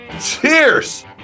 Cheers